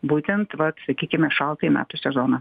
būtent vat sakykime šaltąjį metų sezoną